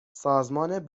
سازمان